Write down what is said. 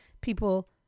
people